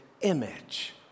image